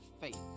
faith